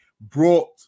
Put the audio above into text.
brought